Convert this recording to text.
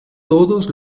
todos